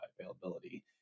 availability